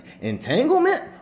entanglement